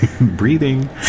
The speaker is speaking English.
Breathing